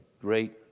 great